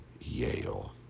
Yale